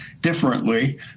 differently